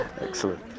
Excellent